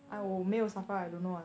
oh okay okay okay